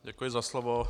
Děkuji za slovo.